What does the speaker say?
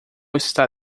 está